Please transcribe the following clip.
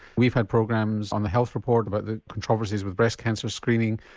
we've had programs on the health report about the controversies with breast cancer screening,